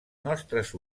nostres